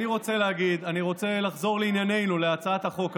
אני רוצה לחזור לעניינו, להצעת החוק הזאת: